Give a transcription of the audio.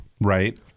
Right